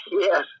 Yes